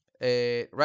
Right